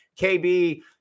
KB